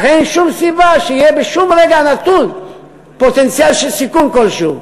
לכן אין שום סיבה שיהיה בשום רגע פוטנציאל של סיכון כלשהו.